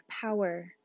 power